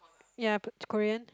ya but it's Korean